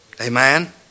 Amen